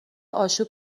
آشوب